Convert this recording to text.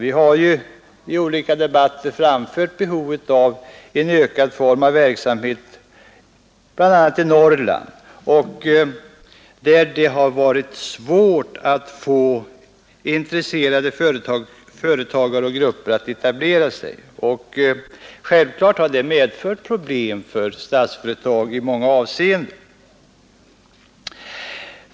Vi har också i olika debatter påpekat behovet av ökad verksamhet, bl.a. i Norrland och där det har varit svårt att få intresserade företagare att etablera sig. Naturligtvis har sådana svårigheter medfört problem för Statsföretag i många avseenden.